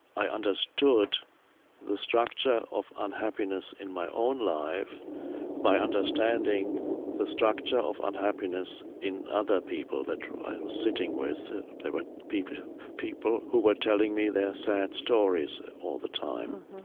i understood the structure of unhappiness in my own life by understanding the structure of unhappiness in other people that i was sitting with. and there were people people who were telling me their sad stories all the time,